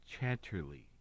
Chatterley